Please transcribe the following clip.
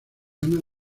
ana